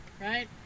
Right